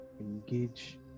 engage